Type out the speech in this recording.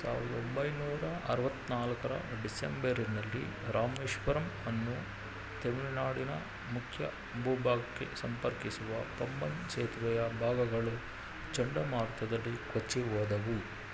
ಸಾವಿರದ ಒಂಬೈನೂರ ಅರುವತ್ತ ನಾಲ್ಕರ ಡಿಸೆಂಬರಿನಲ್ಲಿ ರಾಮೇಶ್ವರಂ ಅನ್ನು ತಮಿಳುನಾಡಿನ ಮುಖ್ಯ ಭೂಭಾಗಕ್ಕೆ ಸಂಪರ್ಕಿಸುವ ಪಂಬನ್ ಸೇತುವೆಯ ಭಾಗಗಳು ಚಂಡಮಾರುತದಲ್ಲಿ ಕೊಚ್ಚಿ ಹೋದವು